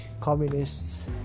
communists